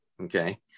okay